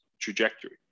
trajectory